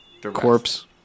corpse